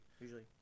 Usually